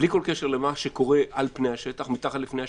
בלי כל קשר למה שקורה מתחת לפני השטח,